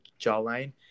jawline